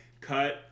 cut